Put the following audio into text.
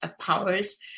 powers